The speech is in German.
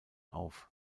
auf